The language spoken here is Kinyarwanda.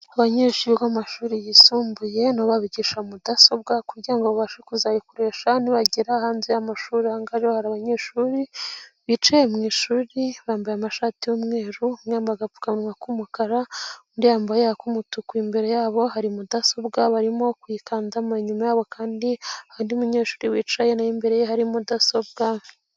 Abanyeshuri biga mu mashuri yisumbuye nabo babigisha mudasobwa kugirango babashe kuzayikoresha nibagera hanze y'amashuri, ahangaha reri hari abanyeshuri bicaye mu ishuri bambaye amashati y'umweru, agapfukawa k'umukara, undi yambaye ak'umutuku, imbere yabo hari mudasobwa barimo kuyikandama inyuma yabo kandi undi munyeshuri wicaye nawe imbere ye hari mudasobwa.